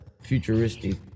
futuristic